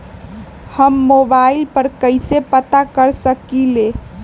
हम मोबाइल पर कईसे पता कर सकींले?